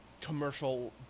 commercial